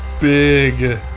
big